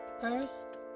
First